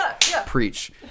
Preach